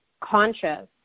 conscious